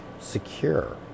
secure